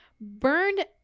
burned